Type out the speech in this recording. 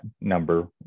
number